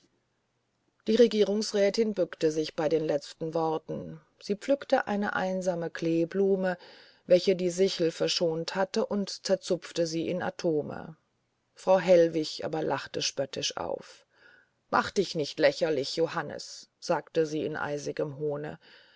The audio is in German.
die regierungsrätin bückte sich bei den letzten worten sie pflückte eine einsame kleeblume welche die sichel verschont hatte und zerzupfte sie in atome frau hellwig aber lachte spöttisch auf mache dich nicht lächerlich johannes sagte sie in eisigem hohne